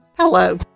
Hello